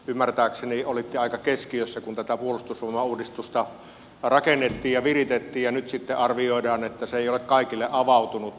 ymmärtääkseni olitte aika keskiössä kun tätä puolustusvoimauudistusta rakennettiin ja viritettiin ja nyt sitten arvioidaan että se ei ole kaikille avautunut